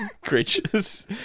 creatures